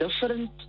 different